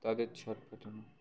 তাদের ছট ফেটানো